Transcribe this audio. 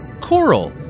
coral